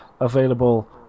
available